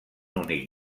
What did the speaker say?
únic